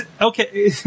Okay